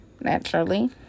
naturally